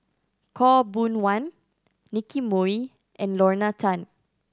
Khaw Boon Wan Nicky Moey and Lorna Tan